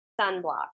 sunblock